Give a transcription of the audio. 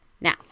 Now